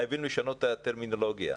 חייבים לשנות את הטרמינולוגיה.